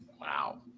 Wow